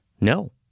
no